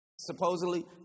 supposedly